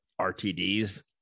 RTDs